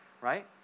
right